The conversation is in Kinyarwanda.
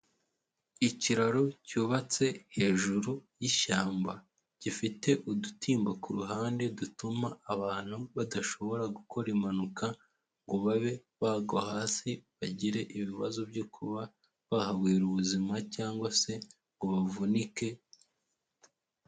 Ikiraro cyubatse hejuru y'ishyamba, gifite udutimba ku ruhande dutuma abantu badashobora gukora impanuka ngo babe bagwa hasi bagire ibibazo byo kuba bahaburira ubuzima cyangwa se ngo bavunike.